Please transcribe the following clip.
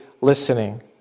listening